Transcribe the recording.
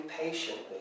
patiently